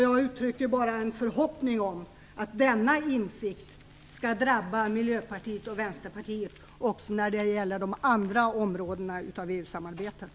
Jag uttrycker bara en förhoppning om att denna insikt skall drabba Miljöpartiet och Vänsterpartiet också när det gäller de andra områdena av EU-samarbetet.